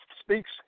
speaks